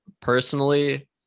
personally